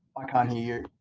i can't hear